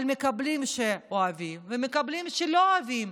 אבל מקבלים כשאוהבים ומקבלים כשלא אוהבים,